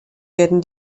werden